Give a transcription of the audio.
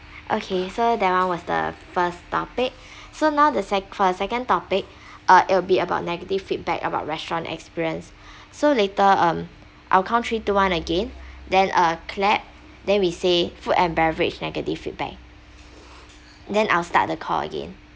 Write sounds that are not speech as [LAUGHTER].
okay so that one was the first topic [BREATH] so now the sec~ for the second topic uh it'll be about negative feedback about restaurant experience [BREATH] so later um I'll count three two one again then uh clap then we say food and beverage negative feedback then I'll start the call again